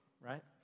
right